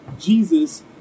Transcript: Jesus